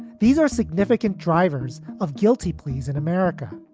these are significant drivers of guilty pleas in america.